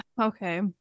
Okay